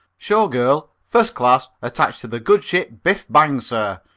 show girl first class attached to the good ship biff! bang! sir,